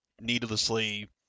needlessly